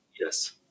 yes